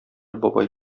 бабай